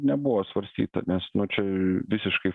nebuvo svarstyta nes nu čia visiškai